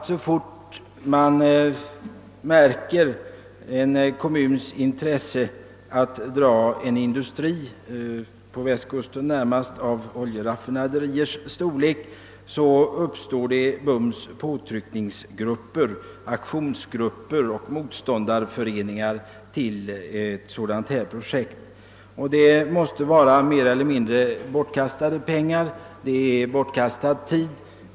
Så fort man märker att en kommun har intresse av att dra till sig en industri till västkusten — närmast av ett oljeraffinaderis storlek — uppstår det omedelbart påtryckningsgrupper, aktionsgrupper och motståndsföreningar till projektet. Detta tycker jag är beklagligt. Det måste vara mer eller mindre bortkastade pengar och bortkastad tid.